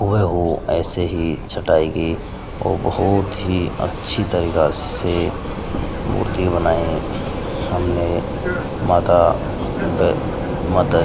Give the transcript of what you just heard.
हुए वह ऐसे ही छटाई की वह बहुत ही अच्छी तरीका से मूर्ति बनाई हमने माता माता